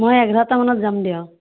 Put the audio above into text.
মই এঘাৰটামানত যাম দিয়ক